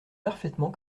parfaitement